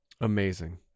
Amazing